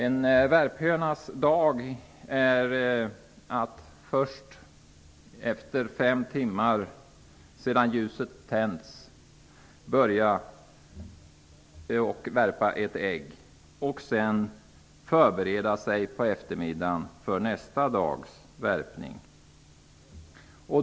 En värphönas dag ser ut så att den fem timmar efter det att ljuset har tänts börjar värpa ett ägg. På eftermiddagen förbereder sig hönan för nästa dags värpning.